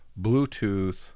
Bluetooth